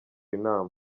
inama